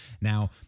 Now